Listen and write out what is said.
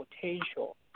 potential